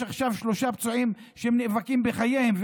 עכשיו שלושה פצועים שנאבקים על חייהם,